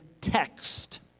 Text